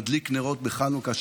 מדליק נרות בחנוכה,